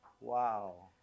Wow